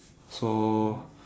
so